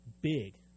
big